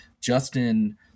Justin